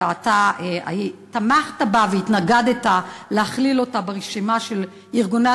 שאתה תמכת בהם והתנגדת להכללתם ברשימה של ארגוני